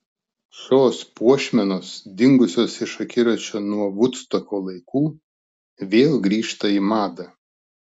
šios puošmenos dingusios iš akiračio nuo vudstoko laikų vėl grįžta į madą